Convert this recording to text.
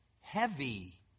heavy